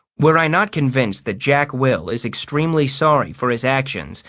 were i not convinced that jack will is extremely sorry for his actions,